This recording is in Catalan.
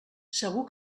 segur